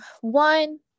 one